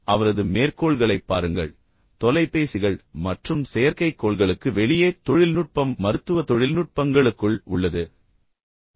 அவரது மேற்கோள்களைப் பாருங்கள் தொலைபேசிகள் மற்றும் செயற்கைக்கோள்களுக்கு வெளியே தொழில்நுட்பம் மருத்துவ தொழில்நுட்பங்களுக்குள் உள்ளது என்று அவர் கூறுகிறார்